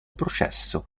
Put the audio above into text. processo